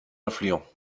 influent